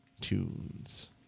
tunes